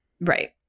Right